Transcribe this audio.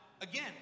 again